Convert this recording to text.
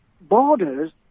borders